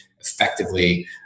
effectively